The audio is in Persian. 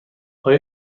آیا